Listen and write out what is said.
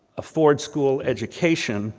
a ford school education